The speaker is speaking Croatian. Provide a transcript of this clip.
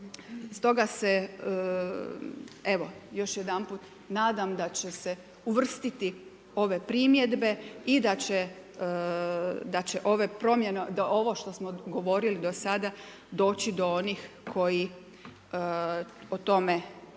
Stoga se, evo još jedanput, nadam da će se uvrstiti ove primjedbe i da će ovo što smo govorili do sada doći do onih koji o tome